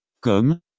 comme